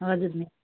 हजुर मिस